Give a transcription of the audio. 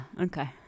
Okay